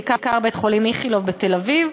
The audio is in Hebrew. בעיקר בית-החולים איכילוב בתל-אביב.